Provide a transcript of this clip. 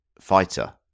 fighter